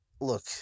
Look